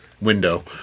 window